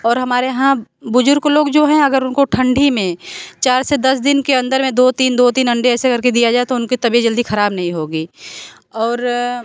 और हमारे यहाँ बुज़ुर्ग लोग जो हैं अगर उनको ठंडी में चार से दस दिन के अंदर में दो तीन दो तीन अंडे ऐसे करके ऐसे दिया जाए तो उनकी तबियत जल्दी खराब नहीं होगी और